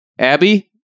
Abby